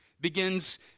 begins